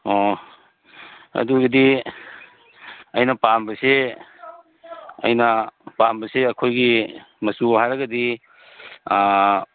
ꯑꯣ ꯑꯗꯨꯒꯤꯗꯤ ꯑꯩꯅ ꯄꯥꯝꯕꯁꯤ ꯑꯩꯅ ꯄꯥꯝꯕꯁꯤ ꯑꯩꯈꯣꯏꯒꯤ ꯃꯆꯨ ꯍꯥꯏꯔꯒꯗꯤ